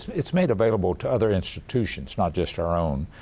it's made available to other institutions, not just our own.